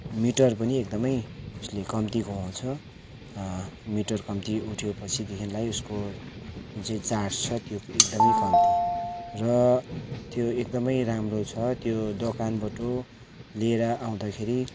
metre पनि एकदमै यसले कम्ती घुमाउँछ मिटर कम्ति उठ्योपछि देखिलाई यसको जुन चाहिँ चार्ज छ त्यो एकदमै कम्ती र त्यो एकदमै राम्रो छ त्यो दोकानबाट लिएर आउँदाखेरि